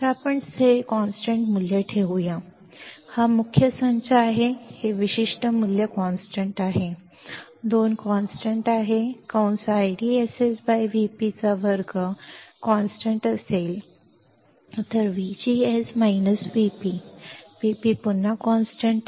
तर हा मुख्य संच हे विशिष्ट मूल्य स्थिर आहे 2 स्थिर आहे IDSS Vp 2 स्थिर असेल VGS Vp Vp पुन्हा स्थिर आहे